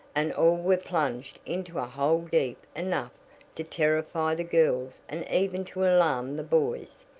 and all were plunged into a hole deep enough to terrify the girls and even to alarm the boys.